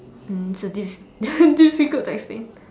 um so this is this is difficult to explain